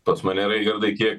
pas mane raigardai tiek